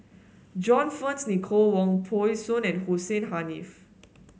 John Fearns Nicoll Wong Peng Soon and Hussein Haniff